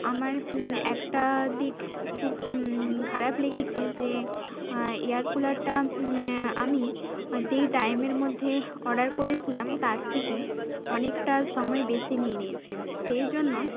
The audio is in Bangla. আমার একটা দিক খুব খারাপ লেগেছে যে এয়ার কুলারটা আমি যেই টাইমের মধ্যে অর্ডার করেছিলাম তার থেকে অনেকটা সময় বেশি নিয়ে নিয়েছে সেই জন্য